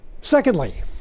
Secondly